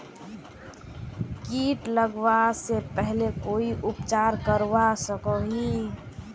किट लगवा से पहले कोई उपचार करवा सकोहो ही?